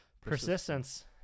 Persistence